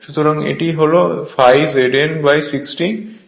সুতরাং এটি হল ∅ ZN 60 P A